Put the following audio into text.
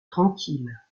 tranquille